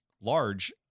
large